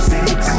Six